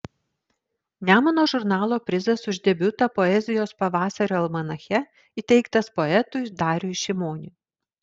nemuno žurnalo prizas už debiutą poezijos pavasario almanache įteiktas poetui dariui šimoniui